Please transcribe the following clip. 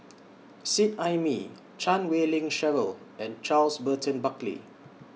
Seet Ai Mee Chan Wei Ling Cheryl and Charles Burton Buckley